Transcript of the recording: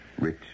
Rich